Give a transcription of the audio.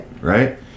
right